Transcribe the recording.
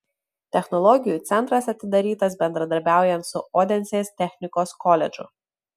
technologijų centras atidarytas bendradarbiaujant su odensės technikos koledžu